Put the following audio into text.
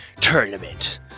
tournament